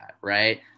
Right